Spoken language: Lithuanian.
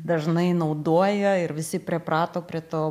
dažnai naudoja ir visi priprato prie to